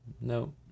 No